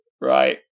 Right